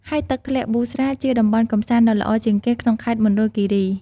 ហើយទឹកជ្រោះប៊ូស្រាជាតំបន់កំសាន្តដ៏ល្អជាងគេក្នុងខេត្តមណ្ឌលគិរី។